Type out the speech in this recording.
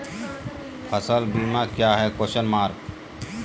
फ़सल बीमा क्या है?